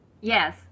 Yes